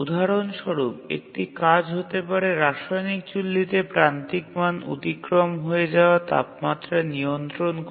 উদাহরণ স্বরূপ একটি কাজ হতে পারে রাসায়নিক চুল্লীতে প্রান্তিক মান অতিক্রম করে যাওয়া তাপমাত্রা নিয়ন্ত্রণ করা